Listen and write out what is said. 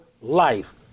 life